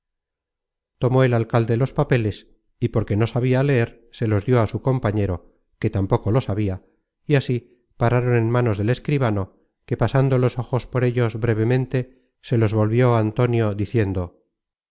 tomó el alcalde los papeles y porque no sabia leer se los dió a su compañero que tampoco lo sabia y así pararon en manos del escribano que pasando los ojos por ellos brevemente se los volvió a antonio diciendo